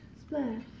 splash